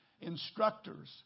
instructors